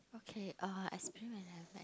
okay uh as